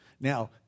Now